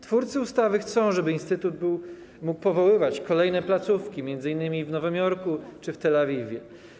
Twórcy ustawy chcą, żeby instytut mógł powoływać kolejne placówki, m.in. w Nowym Jorku czy w Tel Awiwie.